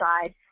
side